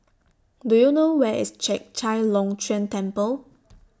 Do YOU know Where IS Chek Chai Long Chuen Temple